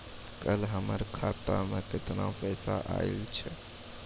कल हमर खाता मैं केतना पैसा आइल छै?